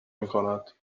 میکند